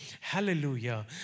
Hallelujah